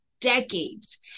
decades